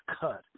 cut